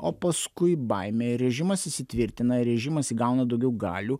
o paskui baimė režimas įsitvirtina režimas įgauna daugiau galių